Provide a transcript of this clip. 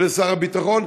לשר הביטחון,